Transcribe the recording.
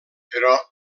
però